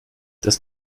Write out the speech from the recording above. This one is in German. das